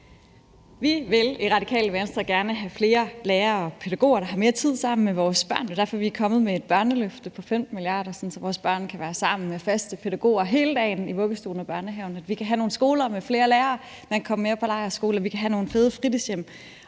Vi vil i Radikale Venstre gerne have flere lærere og pædagoger, der har mere tid sammen med vores børn. Det er derfor, vi er kommet med et børneløfte på 15 mia. kr., sådan at vores børn kan være sammen med faste pædagoger hele dagen i vuggestuen og børnehaven, så vi kan få nogle skoler med flere lærere, så man kan komme mere på lejrskole, og så vi kan få nogle fede fritidshjem.